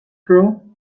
through